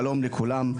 שלום לכולם.